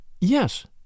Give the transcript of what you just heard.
Yes